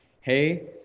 hey